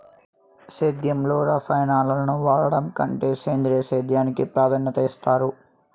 సేద్యంలో రసాయనాలను వాడడం కంటే సేంద్రియ సేద్యానికి ప్రాధాన్యత ఇస్తారు